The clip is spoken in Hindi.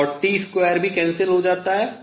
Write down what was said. और T2 भी cancel हो जाता है